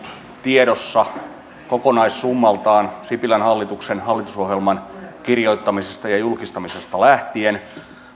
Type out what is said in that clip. tiedossa kokonaissummaltaan sipilän hallituksen hallitusohjelman kirjoittamisesta ja julkistamisesta lähtien valmistelu